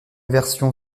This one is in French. version